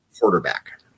quarterback